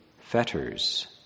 fetters